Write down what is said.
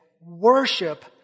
Worship